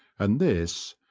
and this,